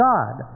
God